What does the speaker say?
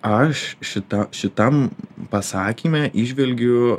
aš šita šitam pasakyme įžvelgiu